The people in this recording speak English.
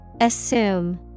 Assume